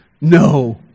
no